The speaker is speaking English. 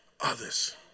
others